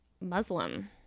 Muslim